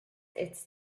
its